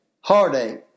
heartache